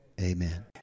amen